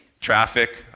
traffic